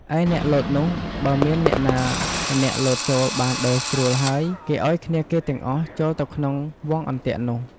ឯអ្នកលោតនោះ បើមានអ្នកណាម្នាក់លោតចូលបានដោយស្រួលហើយ គេឲ្យគ្នាគេទាំងអស់ចូលទៅក្នុងវង់អន្ទាក់នោះ។